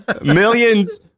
Millions